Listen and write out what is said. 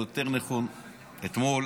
או יותר נכון אתמול,